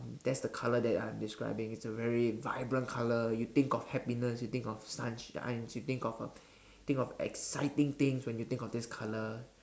that's the colour that I'm describing it's a very vibrant colour you think of happiness you think of sunshine you think of um think of exciting things when you think of this colour